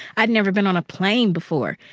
i'd never been on a plane before,